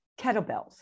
kettlebells